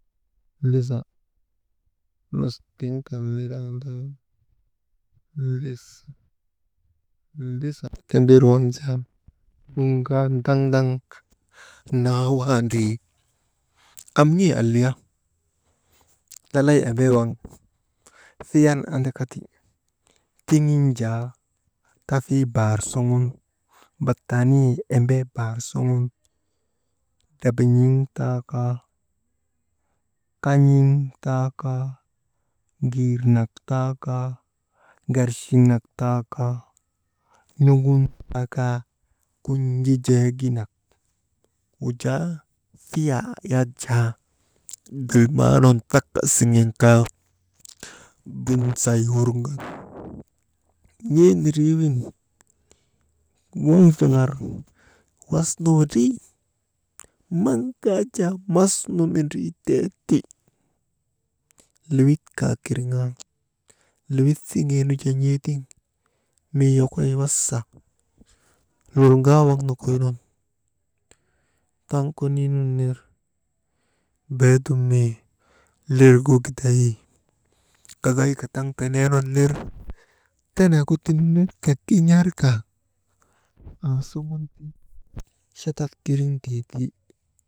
«Hesitation » naawaa ndrii am n̰ee alliya lalay embee waŋ fiyan andakati tigin jaa tafii baar suŋ bataaniyee embee baar suŋuŋ draban̰iŋ taa kaa, kan̰iŋ taa kaa, girnak taa kaa, garchiŋak taa kaa, n̰ogun taa kaa, kunjijee ginak wujaa fiyaa yak jaa, galmaa nun taka siŋen kaa gumsay wurŋan, n̰ee nindrii nuwin yuusiŋar wasnu windriini, maŋ kaa jaa masnu mindrii tee ti, lewit kaa kirŋan lewit siŋee nu jaa n̰ee tiŋ mii yokoy wasa luŋaa waŋ nokoy nun taŋ konii nun ner beedum mii liigu giday gagayka taŋ tenee nun ner tenegu tinerka kin̰arka aa suvun chatat kiriŋ tee ti.